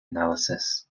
analysis